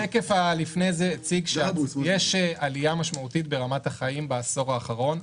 השקף לפני זה הציג שיש עלייה משמעותית ברמת החיים בעשור האחרון,